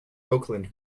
oakland